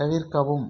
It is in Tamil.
தவிர்க்கவும்